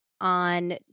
On